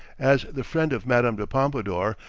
as the friend of madame de pompadour,